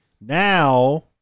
Now